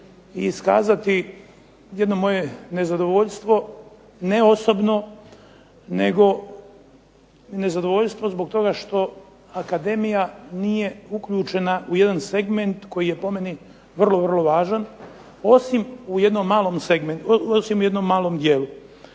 i iskazati jedno moje nezadovoljstvo ne osobno nego nezadovoljstvo zbog toga što akademija nije uključena u jedan segment koji je po meni vrlo, vrlo važan osim u jednom malom dijelu.